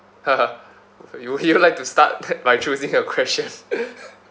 you would like to start by choosing a question